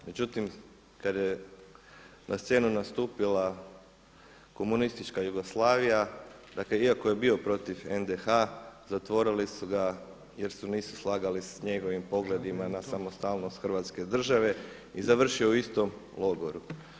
Međutim, kada je na scenu nastupila komunistička Jugoslavija dakle iako je bio protiv NDH zatvorili su ga jer se nisu slagali s njegovim pogledima na samostalnost Hrvatske države i završio je u istom logoru.